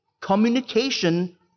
communication